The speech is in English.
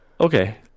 Okay